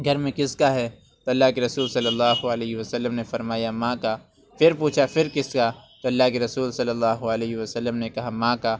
گھر میں کس کا ہے تو اللہ کے رسول صلی اللہ علیہ وسلم نے فرمایا ماں کا پھر پوچھا پھر کس کا تو اللہ کے رسول صلی اللہ علیہ وسلم نے کہا ماں کا